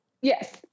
Yes